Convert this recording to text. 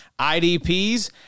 IDPs